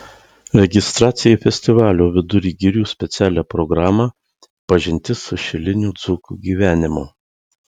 registracija į festivalio vidur girių specialią programą pažintis su šilinių dzūkų gyvenimu